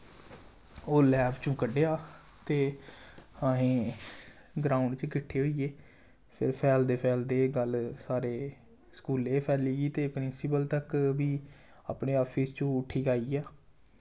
ओह् लैब चों कड्ढेआ ते असें ई ग्राउंड च किट्ठे होइये फिर फैलदे फैलदे एह् गल्ल सारे स्कूलै ई फैली ते प्रिंसिपल तक बी अपने ऑफिस चों उट्ठियै आइया